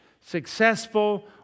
successful